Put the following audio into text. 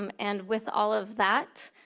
um and with all of that,